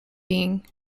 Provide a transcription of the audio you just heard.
being